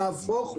נהפוך הוא.